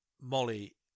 Molly